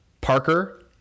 Parker